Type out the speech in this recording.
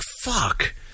fuck